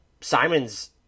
Simons